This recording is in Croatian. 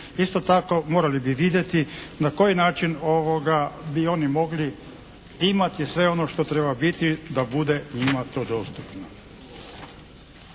Isto tako, morali bi vidjeti na koji način bi oni mogli imati sve ono što treba biti da bude njima to dostupno.